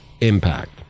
impact